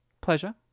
pleasure